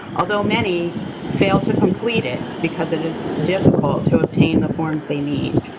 although many fail to complete it because it is difficult to obtain the forms they need.